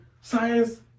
Science